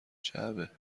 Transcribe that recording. جعبه